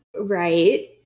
Right